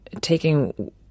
taking